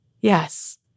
Yes